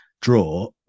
draw